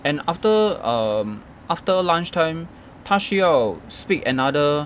and after um after lunchtime 他需要 speak another